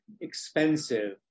expensive